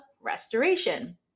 Restoration